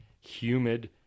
humid